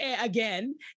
again